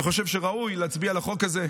אני חושב שראוי להצביע לחוק הזה,